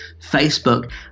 facebook